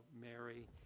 mary